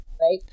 right